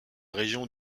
région